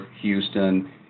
Houston